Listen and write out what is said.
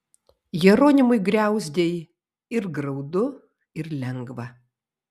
jeronimui griauzdei ir graudu ir lengva